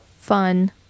fun